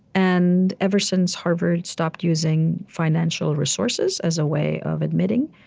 and ever since harvard stopped using financial resources as a way of admitting,